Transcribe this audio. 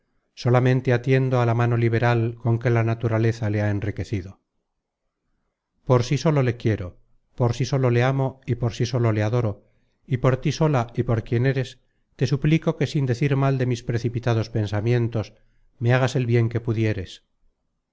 solamente atiendo a la mano liberal con que la naturaleza le ha enriquecido por sí solo le quiero por sí solo le amo y por sí solo le adoro y por tí sola y por quien eres te suplico que sin decir mal de mis precipitados pensamientos me hagas el bien que pudieres